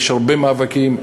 יש הרבה מאבקים,